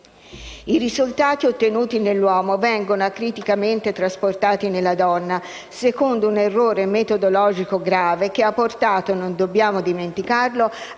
I risultati ottenuti nell'uomo vengono acriticamente trasposti nella donna, secondo un errore metodologico grave che ha portato, non dobbiamo dimenticarlo,